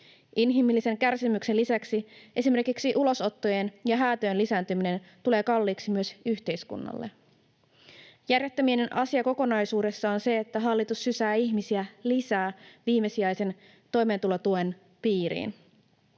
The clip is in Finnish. Inhimillisen kärsimyksen lisäksi esimerkiksi ulosottojen ja häätöjen lisääntyminen tulee kalliiksi myös yhteiskunnalle. Järjettömin asiakokonaisuudessa on se, että hallitus sysää ihmisiä lisää viimesijaisen toimeentulotuen piiriin.